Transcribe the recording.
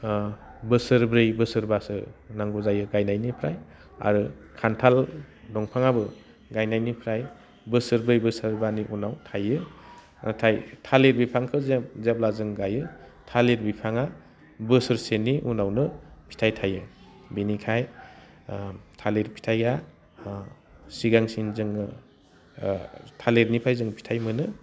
बोसोरब्रै बोसोरबासो नांगौ जायो गायनायनिफ्राय आरो खान्थाल दंफाङाबो गायनायनिफ्राय बोसोरब्रै बोसोरबानि उनाव थाइयो नाथाय थालिर बिफांखौ जों जेब्ला जों गायो थालिर बिफाङा बोसोरसेनि उनावनो फिथाइ थाइयो बेनिखायनो थालिर फिथाइया सिगांसिन जोङो थालिरनिफ्राय जों फिथाइ मोनो